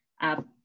up